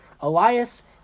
Elias